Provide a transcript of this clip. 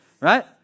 Right